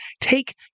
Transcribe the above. take